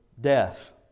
death